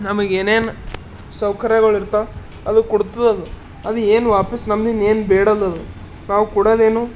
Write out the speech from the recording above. ನಮಗೆ ಏನೇನು ಸೌಕರ್ಯಗಳಿರ್ತವೆ ಅದು ಕೊಡ್ತದದು ಅದು ಏನು ವಾಪಸ್ ನಮ್ಮಿದೇನು ಬೇಡಲ್ಲದ ನಾವು ಕೊಡೋದೇನು